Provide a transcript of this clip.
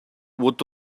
what